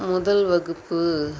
முதல் வகுப்பு